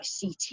CT